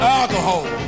alcohol